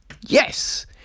yes